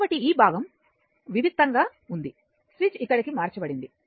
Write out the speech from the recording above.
కాబట్టి ఈ భాగం వివిక్తంగా ఉంది స్విచ్ ఇక్కడకి మార్చబడింది